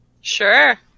Sure